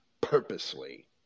purposely